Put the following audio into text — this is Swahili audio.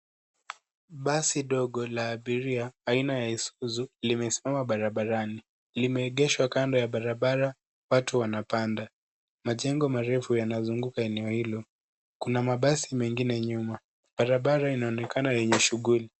Basi ndogo la abiria aina ya Isuzu limesimama barabarani. Limeegeshwa kando ya barabara; watu wanapanda. Majengo marefu yanazunguka eneo hilo. Kuna mabasi mengine nyuma. Barabara inaonekana yenye shughuli.